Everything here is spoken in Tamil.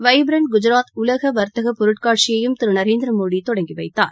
வைபிரண்ட் குஜாத் உலக வாத்தக பொருட்காட்சியையும் திரு நரேந்திமோடி தொடங்கி வைத்தார்